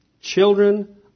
children